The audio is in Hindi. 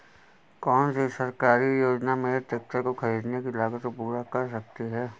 कौन सी सरकारी योजना मेरे ट्रैक्टर को ख़रीदने की लागत को पूरा कर सकती है?